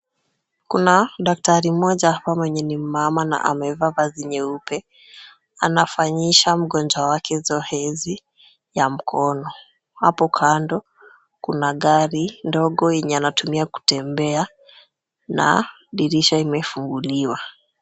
Kuna daktari mmoja hapa mwenye ni mmama na ameiva vazi nyeupe. Anafanyisha mgonjwa wake zohezi ya mkono. Hapo kando, kuna gari ndogo yenye anatumia kutembea, na dirisha imefunguliwa.